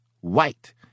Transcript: white